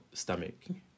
stomach